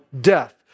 death